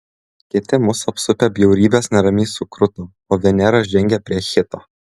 kiti mus apsupę bjaurybės neramiai sukruto o venera žengė prie hito